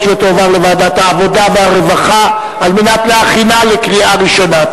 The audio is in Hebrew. ותועבר לוועדת העבודה והרווחה כדי להכינה לקריאה ראשונה.